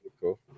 cool